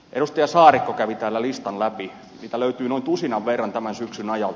edustaja saarikko kävi täällä listan läpi niitä löytyy noin tusinan verran tämän syksyn ajalta